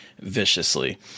viciously